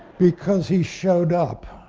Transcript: because he showed up,